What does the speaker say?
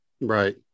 Right